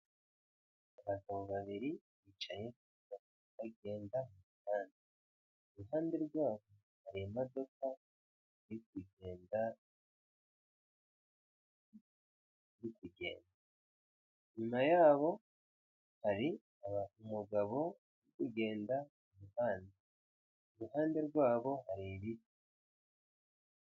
Abagabo babiri bicaye bagenda iruhande rwabo hari imodoka iri kugenda inyuma yabo hari umugabo ugenda iruhande, iruhande rwabo hari ibiti.